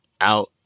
out